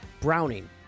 Browning